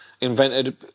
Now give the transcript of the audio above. invented